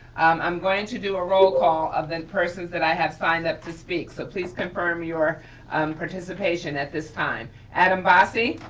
i'm going to do a roll call of the persons that i have signed up to speak. so please confirm your um participation at this time. adam bossy?